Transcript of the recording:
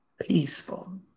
peaceful